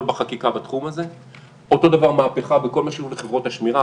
בחקיקה בתחום הזה; אותו דבר מהפכה בכל מה שקשור לחברות השמירה,